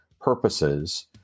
purposes